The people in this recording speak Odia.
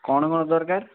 କ'ଣ କ'ଣ ଦରକାର